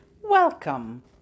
Welcome